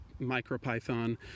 MicroPython